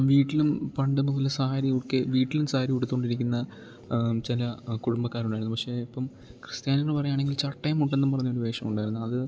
വീട്ടിലും പണ്ട് മുതല് സാരി ഉടുക്കുകയും വീട്ടിലും സാരി ഉടുത്തുകൊണ്ടിരിക്കുന്ന ചില കുടുംബക്കാരുണ്ടായിരുന്നു പക്ഷേ ഇപ്പം ക്രിസ്ത്യാനികള് പറയുകയാണെങ്കിൽ ചട്ടയും മുണ്ടും എന്ന് പറഞ്ഞൊര് വേഷം ഉണ്ടായിരുന്നു അത്